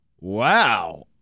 Wow